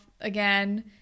again